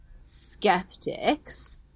skeptics